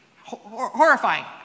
Horrifying